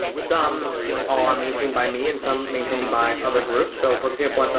some are maintained by me and some maintained by other groups so for example, but